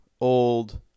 old